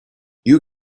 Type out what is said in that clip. you